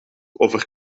over